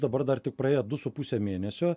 dabar dar tik praėję du su puse mėnesio